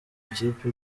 ikipe